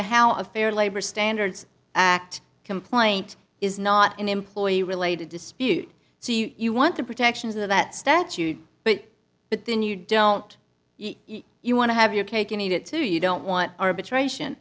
how a fair labor standards act complaint is not an employee related dispute so you want the protections of that statute but but then you don't you want to have your cake and eat it too you don't want arbitration